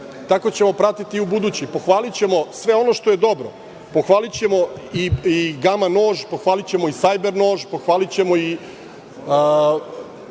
tako ćemo pratiti i ubuduće. Pohvalićemo sve ono što je dobro. Pohvalićemo i gama nož, pohvalićemo i sajber nož, pohvalićemo i